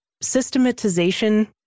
systematization